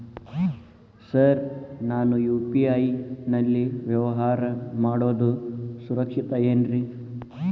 Sir ನಾನು UPI ನಲ್ಲಿ ವ್ಯವಹಾರ ಮಾಡೋದು ಸುರಕ್ಷಿತ ಏನ್ರಿ?